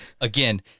Again